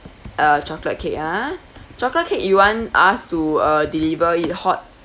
uh chocolate cake ah chocolate cake you want us to uh deliver it hot